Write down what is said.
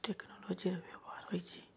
ଟେକ୍ନୋଲୋଜିର ବ୍ୟବହାର ହୋଇଛି